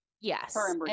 yes